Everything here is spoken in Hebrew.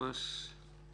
אני